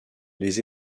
les